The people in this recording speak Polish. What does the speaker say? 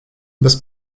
bez